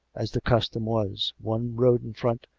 as the custom was one rode in front,